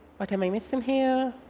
what am i missing here?